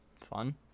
fun